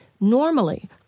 Normally